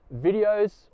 Videos